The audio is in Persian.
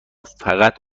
فقط